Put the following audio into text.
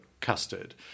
custard